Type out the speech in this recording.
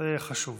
זה חשוב.